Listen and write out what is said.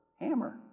hammer